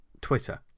Twitter